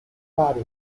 vari